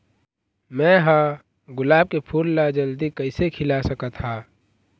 मैं ह गुलाब के फूल ला जल्दी कइसे खिला सकथ हा?